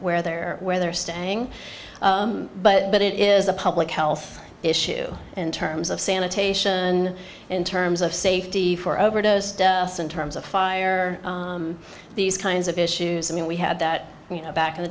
where they're where they're standing but it is a public health issue in terms of sanitation in terms of safety for overdose in terms of fire these kinds of issues i mean we had that you know back in the